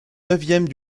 neuvième